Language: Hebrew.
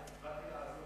באתי לעזור